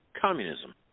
communism